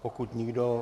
Pokud nikdo...